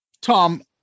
Tom